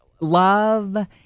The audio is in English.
love